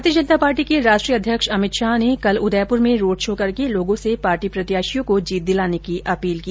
भारतीय जनता पार्टी के राष्ट्रीय अध्यक्ष अमित शाह ने कल उदयपुर में रोड शो करके लोगों से पार्टी प्रत्याशियों को जीत दिलाने की अपील की